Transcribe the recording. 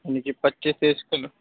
یعنی کہ پچیس تیس کلو